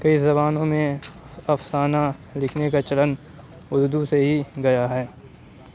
کئی زبانوں میں افسانہ لکھنے کا چلن اُردو سے ہی گیا ہے